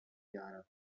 europe